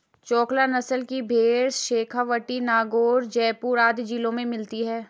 चोकला नस्ल की भेंड़ शेखावटी, नागैर, जयपुर आदि जिलों में मिलती हैं